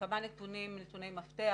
כמה נתוני מפתח,